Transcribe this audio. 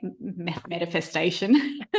manifestation